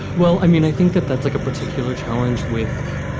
well, i mean, i think that that's like a particular challenge with.